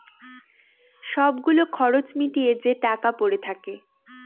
সব গুলো খরচ মিটিয়ে যে টাকা পরে থাকে